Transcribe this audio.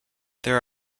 there